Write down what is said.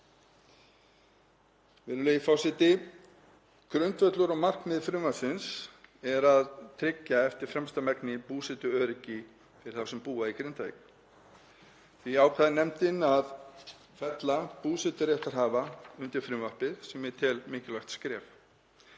Virðulegi forseti. Grundvöllur og markmið frumvarpsins er að tryggja eftir fremsta megni búsetuöryggi fyrir þá sem búa í Grindavík. Því ákvað nefndin að fella búseturéttarhafa undir frumvarpið sem ég tel mikilvægt skref.